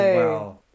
wow